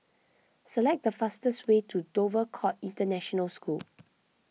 select the fastest way to Dover Court International School